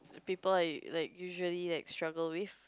people are like usually like struggle with